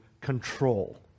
control